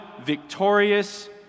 Victorious